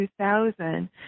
2000